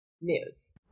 news